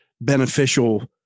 beneficial